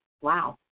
wow